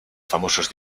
famosos